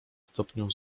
stopniu